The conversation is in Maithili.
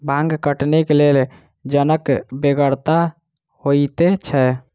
भांग कटनीक लेल जनक बेगरता होइते छै